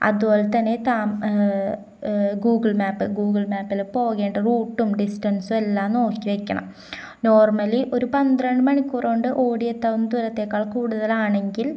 അതുപോലെ തന്നെ Google map Google മാപ്പില് പോകേണ്ട റൂട്ടും ഡിസ്റ്റൻസും എല്ലാം നോക്കിവയ്ക്കണം നോർമലി ഒരു പന്ത്രണ്ട് മണിക്കൂറുകൊണ്ട് ഓടിയെത്താവുന്ന ദൂരത്തേക്കാൾ കൂടുതലാണെങ്കിൽ